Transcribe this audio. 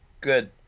Good